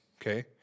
okay